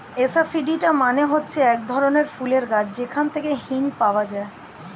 asafoetida মানে হচ্ছে এক ধরনের ফুলের গাছ যেখান থেকে হিং পাওয়া যায়